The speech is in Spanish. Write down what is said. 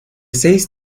seis